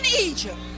Egypt